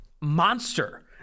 Monster